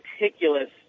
meticulous